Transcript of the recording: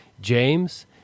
James